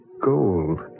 gold